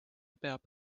peab